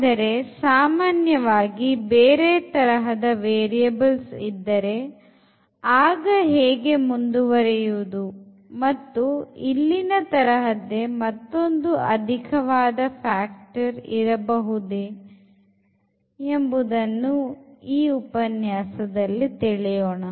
ಆದರೆ ಸಾಮಾನ್ಯವಾಗಿ ಬೇರೆ ತರಹದ variables ಇದ್ದರೆ ಆಗ ಹೇಗೆ ಮುಂದುವರೆಯುವುದು ಮತ್ತು ಇಲ್ಲಿನ ತರಹದ್ದೇ ಮತ್ತೊಂದು ಅಧಿಕವಾದ factor ಇರಬಹುದೇ ಎಂಬುದನ್ನು ಉಪನ್ಯಾಸದಲ್ಲಿ ತಿಳಿಯೋಣ